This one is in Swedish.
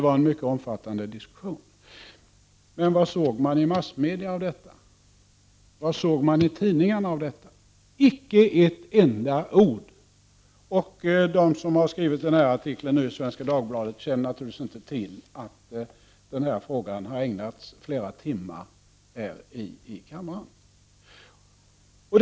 Vad hörde och såg man i massmedia om detta? Jo, inte ett enda ord. De som har skrivit den nämnda artikeln i Svenska Dagbladet känner naturligtvis inte till att vi har ägnat flera timmar åt den här frågan i kammaren.